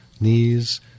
knees